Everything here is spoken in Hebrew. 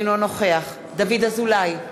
אינו נוכח דוד אזולאי,